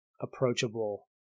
approachable